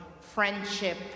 friendship